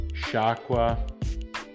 Shakwa